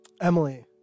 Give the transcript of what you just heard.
Emily